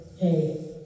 hey